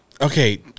okay